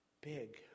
big